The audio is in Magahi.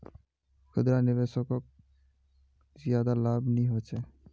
खुदरा निवेशाकोक ज्यादा लाभ नि होचे